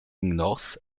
north